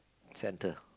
centre